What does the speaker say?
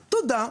תודה,